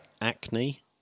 Acne